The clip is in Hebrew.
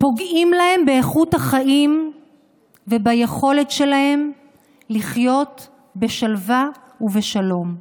פוגעים להם באיכות החיים וביכולת שלהם לחיות בשלווה ובשלום.